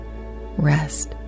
rest